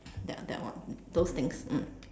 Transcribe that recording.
that that one those things mm